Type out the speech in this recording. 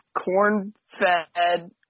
corn-fed